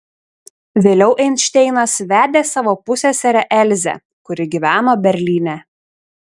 vėliau einšteinas vedė savo pusseserę elzę kuri gyveno berlyne